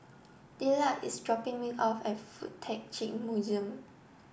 Dillard is dropping me off at Fuk Tak Chi Museum